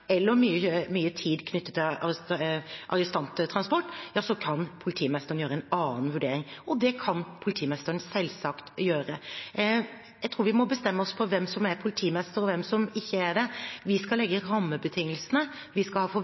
eller mye tid knyttet til arrestanttransport, kan politimesteren gjøre en annen vurdering. Det kan politimesteren selvsagt gjøre. Jeg tror vi må bestemme oss for hvem som er politimester, og hvem som ikke er det. Vi skal legge rammebetingelsene. Vi skal ha